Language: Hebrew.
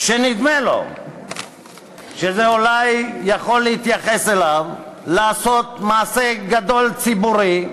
שנדמה לו שזה אולי יכול להתייחס אליו לעשות מעשה גדול ציבורי,